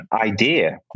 idea